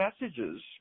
messages